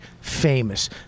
famous